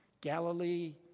Galilee